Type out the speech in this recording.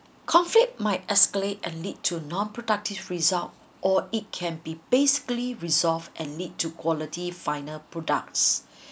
conflict might escalate and lead to non productive result or it can be basically resolve and lead to quality final products